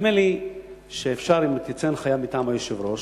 נדמה לי שאפשר, אם תצא הנחיה מטעם היושב-ראש,